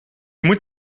moet